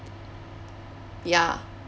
ya